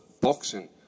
boxing